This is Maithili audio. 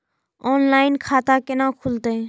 ऑनलाइन खाता केना खुलते?